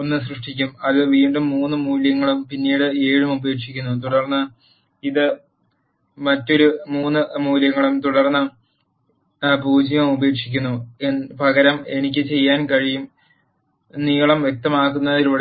ഒന്ന് സൃഷ്ടിക്കും അത് വീണ്ടും 3 മൂല്യങ്ങളും പിന്നീട് 7 ഉം ഉപേക്ഷിക്കുന്നു തുടർന്ന് ഇത് മറ്റൊരു 3 മൂല്യങ്ങളും തുടർന്ന് എ 0 ഉം ഉപേക്ഷിക്കുന്നു പകരം എനിക്ക് ചെയ്യാൻ കഴിയും നീളം വ്യക്തമാക്കുന്നതിലൂടെയും